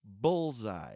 Bullseye